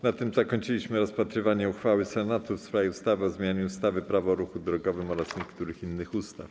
Na tym zakończyliśmy rozpatrywanie uchwały Senatu w sprawie ustawy o zmianie ustawy - Prawo o ruchu drogowym oraz niektórych innych ustaw.